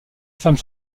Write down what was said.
femme